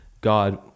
God